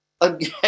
again